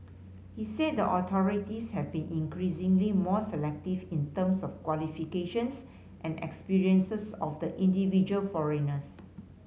he said that the authorities have been increasingly more selective in terms of qualifications and experiences of the individual foreigners